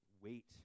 wait